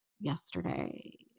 yesterday